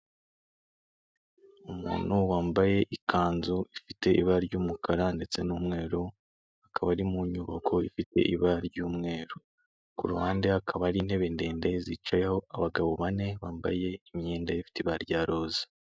Umuntu wambaye ikanzu ifite ibara ry'umukara ndetse n'umweru, akaba ari mu nyubako ifite ibara ry'umweru. Ku ruhande hakaba hari intebe ndende zicayeho abagabo bane bambaye imyenda ifite ibara rya roza.